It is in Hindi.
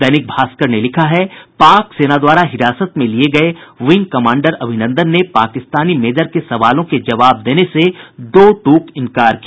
दैनिक भास्कर ने लिखा है पाक सेना द्वारा हिरासत में लिये गये विंग कमांडर अभिनंदन ने पाकिस्तानी मेजर के सवालों के जवाब देने से दो टूक इंकार किया